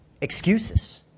excuses